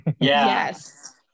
yes